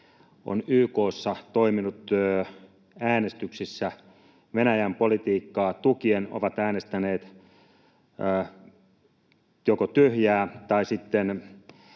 on YK:ssa toiminut äänestyksessä Venäjän politiikkaa tukien, ovat äänestäneet joko tyhjää tai sitten